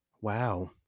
Wow